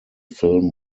film